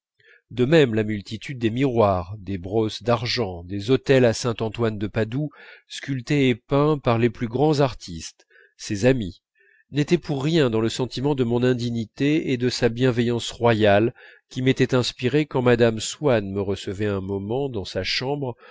de même la multitude des miroirs des brosses d'argent des autels à saint antoine de padoue sculptés et peints par les plus grands artistes ses amis n'étaient pour rien dans le sentiment de mon indignité et de sa bienveillance royale qui m'était inspiré quand mme swann me recevait un moment dans sa chambre